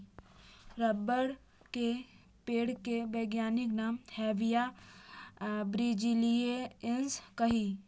rubber के पेड़ के वैज्ञानिक नाम हैविया ब्रिजीलिएन्सिस हइ